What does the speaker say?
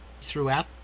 throughout